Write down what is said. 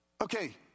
Okay